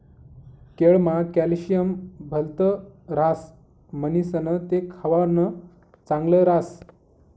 केळमा कॅल्शियम भलत ह्रास म्हणीसण ते खावानं चांगल ह्रास